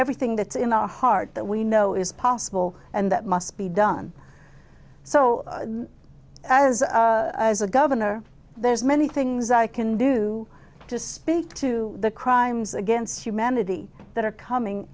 everything that's in our heart that we know is possible and that must be done so as as a governor there's many things i can do to speak to the crimes against humanity that are coming